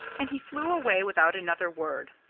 and he flew away without another word.